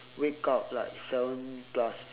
wake up like seven plus